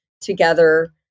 together